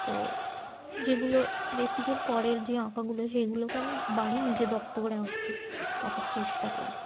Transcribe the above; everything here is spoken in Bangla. তো যেগুলো বেসিকের পরের যে আঁকাগুলো সেইগুলোকে আমি বাড়ি নিজে রপ্ত করে আঁকতে আঁকার চেষ্টা করি